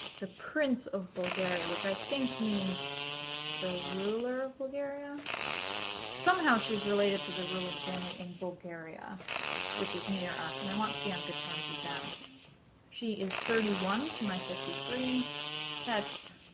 the prince of bulgaria which i think means the ruler of bulgaria somehow she's related to the ruling family in bulgaria which is near us and i want to be on good terms with them she is thirty one to my fifty three that's